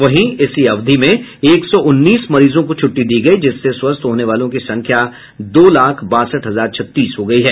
वहीं इसी अवधि में एक सौ उन्नीस मरीजों को छुट्टी दी गयी जिससे स्वस्थ होने वालों की संख्या दो लाख बासठ हजार छत्तीस हो गयी है